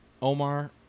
Omar